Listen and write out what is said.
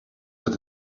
met